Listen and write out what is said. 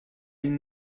این